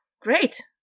great